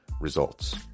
Results